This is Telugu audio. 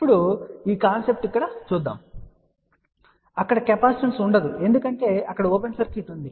ఇప్పుడు ఈ కెపాసిటెన్స్ ఇక్కడ చూపబడింది కాని అక్కడ ఆ కెపాసిటెన్స్ ఉండదు ఎందుకంటే అక్కడ ఓపెన్ సర్క్యూట్ ఉంది